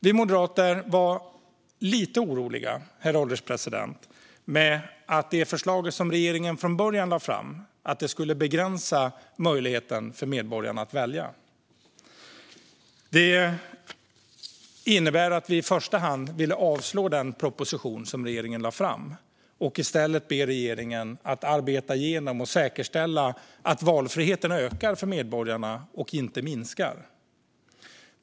Vi moderater var lite oroliga, herr ålderspresident, för att det förslag som regeringen från början lade fram skulle begränsa möjligheten för medborgarna att välja. Det innebar att vi i första hand ville avslå den proposition som regeringen lade fram och i stället be regeringen att arbeta igenom och säkerställa att valfriheten skulle öka för medborgarna och inte minska.